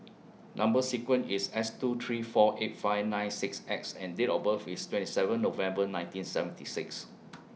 Number sequence IS S two three four eight five nine six X and Date of birth IS twenty seven November nineteen seventy six